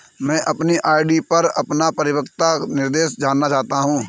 मैं अपनी आर.डी पर अपना परिपक्वता निर्देश जानना चाहता हूँ